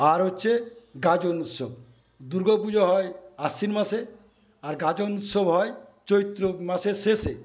আর হচ্ছে গাজন উৎসব দুর্গাপুজো হয় আশ্বিন মাসে আর গাজন উৎসব হয় চৈত্র মাসের শেষে